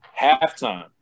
halftime